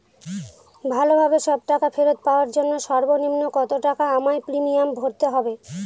ভালোভাবে সব টাকা ফেরত পাওয়ার জন্য সর্বনিম্ন কতটাকা আমায় প্রিমিয়াম ভরতে হবে?